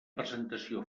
presentació